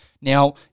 Now